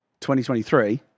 2023